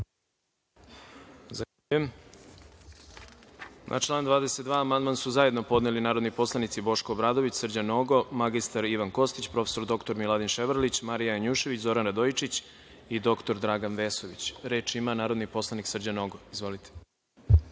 Zahvaljujem. Na član 22. amandman su zajedno podneli narodni poslanici Boško Obradović, Srđan Nogo, mr Ivan Kostić, prof. dr Miladin Ševarlić, Marija Janjušević, Zoran Radojičić i dr Dragan Vesović. Reč ima narodni poslanik Srđan Nogo.